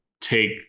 take